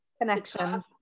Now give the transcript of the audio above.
Connection